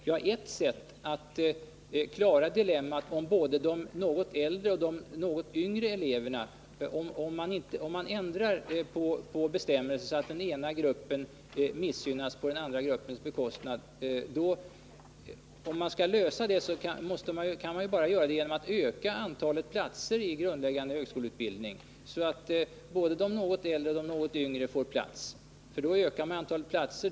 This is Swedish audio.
Man vill nu ändra bestämmelserna så att de något yngre eleverna gynnas på de något äldre elevernas bekostnad. Det dilemmat kan man bara lösa genom att öka antalet platser i grundläggande högskoleutbildning, så att både de något äldre och de något yngre får plats.